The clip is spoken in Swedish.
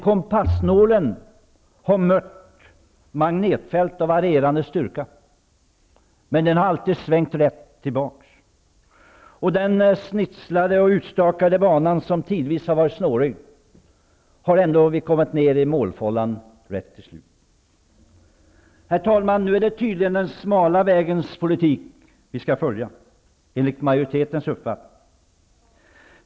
Kompassnålen har mött magnetfält av varierande styrka, men den har alltid svängt tillbaka rätt. Den snitslade och utstakade banan har tidvis varit snårig, om än vi alltid till sist har kommit in i målfållan. Herr talman! Nu är det tydligen den smala vägens politik vi skall följa, enligt majoritetens uppfattning.